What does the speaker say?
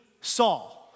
Saul